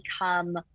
become